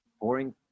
boring